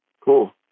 cool